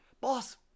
boss